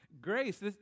Grace